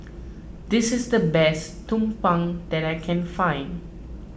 this is the best Tumpeng that I can find